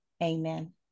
Amen